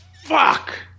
Fuck